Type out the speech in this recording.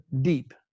deep